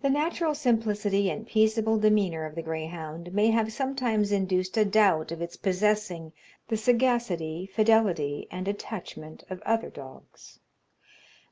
the natural simplicity and peaceable demeanour of the greyhound may have sometimes induced a doubt of its possessing the sagacity, fidelity, and attachment of other dogs